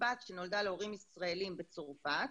בת שנולדה להורים ישראלים בצרפת,